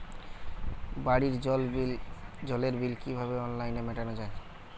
বাড়ির জলের বিল কিভাবে অনলাইনে মেটানো যায়?